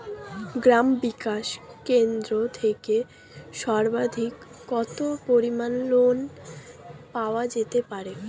গ্রাম বিকাশ কেন্দ্র থেকে সর্বাধিক কত পরিমান লোন পাওয়া যেতে পারে?